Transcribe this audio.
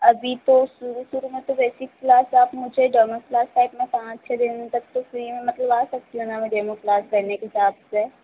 अभी तो शुरू शुरू में तो वैसी क्लास आप मुझे डेमो क्लास का इतना पाँच छः दिन तक तो फ्री में मतलब आ सकती हूँ ना मैं डेमो क्लास करने के हिसाब से